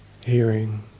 hearing